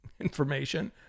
information